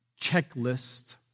checklist